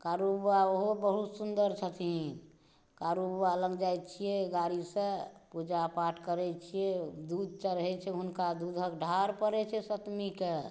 कारूबाबा ओहो बहुत सुन्दर छथिन कारूबाबा लग जाइ छियै गाड़ीसँ पूजा पाठ करै छियै दूध चढ़ै छै हुनका दूधक धार पड़ै छै सप्तमी कए